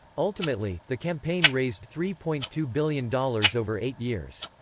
ultimately, the campaign raised three point two billion dollars over eight years.